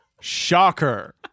Shocker